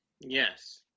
Yes